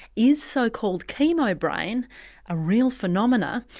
is so-called chemobrain a real phenomenon,